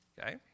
Okay